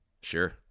Sure